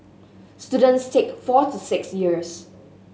students take four to six years